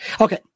Okay